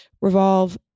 Revolve